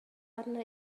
arna